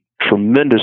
tremendous